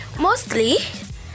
Mostly